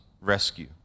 rescue